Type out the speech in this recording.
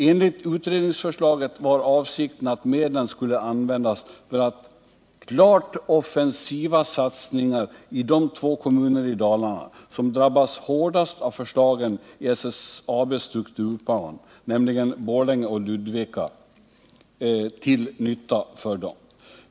Enligt utredningsförslaget var avsikten att medlen skulle användas för klart offensiva satsningar i de två kommuner i Dalarna som drabbas hårdast av förslagen i SSAB:s strukturplan, nämligen Borlänge och Ludvika.